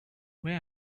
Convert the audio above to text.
where